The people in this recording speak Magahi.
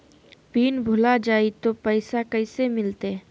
पिन भूला जाई तो पैसा कैसे मिलते?